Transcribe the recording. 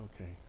Okay